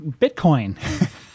Bitcoin